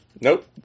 Nope